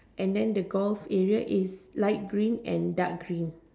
and then the golf area is light green and dark green